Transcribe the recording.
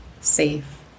safe